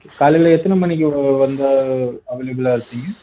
okay காலையில் எத்தனை மணிக்கு வ வந்தா அவைலபிளாக இருப்பீங்க